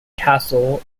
castle